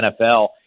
nfl